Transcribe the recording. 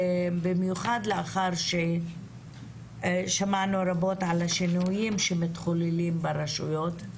במיוחד לאחר ששמענו רבות על השינויים שמתחוללים ברשויות,